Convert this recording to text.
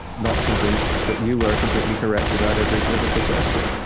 not convinced that you are completely correct about every political question